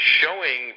showing